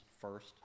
first